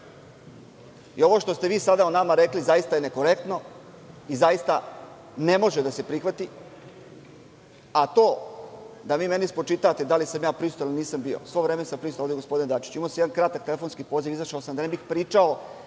Ovo što ste vi sada o nama rekli zaista je nekorektno i zaista ne može da se prihvati. A to da vi meni spočitavate da i sam ja prisutan bio ili nisam, svo vreme sam prisutan ovde, gospodine Dačiću. Imao sam jedan kratak telefonski poziv, izašao sam da ne bih pričao,